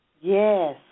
Yes